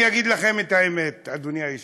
אני אגיד לכם את האמת, אדוני היושב-ראש: